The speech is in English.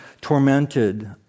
tormented